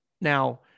now